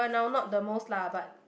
oh no not the most lah but